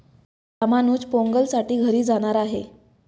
रामानुज पोंगलसाठी घरी जाणार आहे